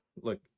look